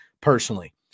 personally